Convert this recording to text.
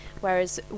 whereas